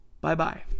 bye-bye